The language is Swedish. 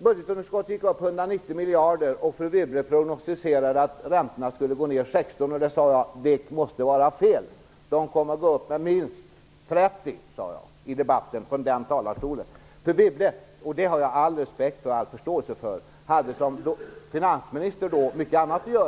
Budgetunderskottet gick upp med 190 miljarder och fru Wibble prognosticerade att räntorna på statsskulden skulle gå ner med 16 miljarder. Jag sade att det måste vara fel. De kommer att gå upp med minst 30 miljarder, sade jag i den debatten här i kammaren. Fru Wibble hade då, som finansminister, mycket annat att göra, och det har jag all respekt och förståelse för.